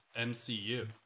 MCU